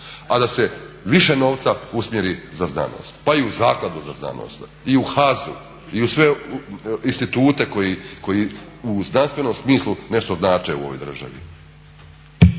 da se više novca usmjeri za znanost. Pa i u Zakladu za znanost i u HAZU i u sve institute koji u znanstvenom smislu nešto znače u ovoj državi.